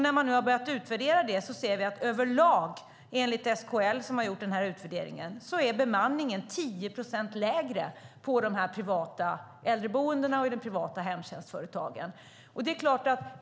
När man nu har börjat utvärdera detta ser vi att över lag, enligt SKL som har gjort den här utvärderingen, är bemanningen 10 procent lägre på de privata äldreboendena och i de privata hemtjänstföretagen än i de övriga.